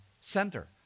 center